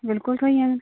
बिल्कुल थ्होई जानी